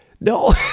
no